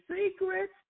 secret